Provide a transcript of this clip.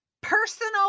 personal